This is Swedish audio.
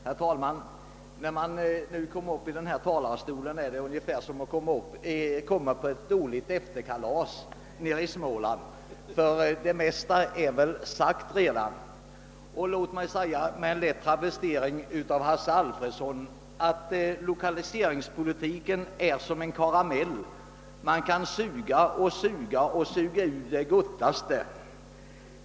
Herr talman! När man nu kommer upp i den här talarstolen är det ungefär som att komma på ett dåligt efterkalas i Småland. Det mesta är väl redan sagt. Låt mig med en lätt travestering av Hasse Alfredson säga att lokaliseringspolitiken är som en karamell; man kan suga och suga och suga ur »det göttaste».